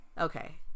Okay